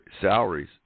salaries